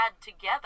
together